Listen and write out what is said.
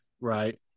right